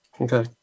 Okay